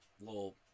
Little